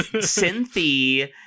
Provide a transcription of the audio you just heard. cynthia